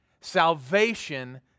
Salvation